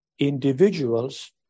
Individuals